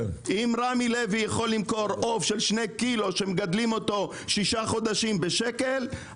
אם רמי לוי יכול למכור עוף של 2 קילו שמגדלים אותו שישה חודשים בשקל,